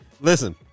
listen